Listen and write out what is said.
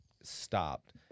stopped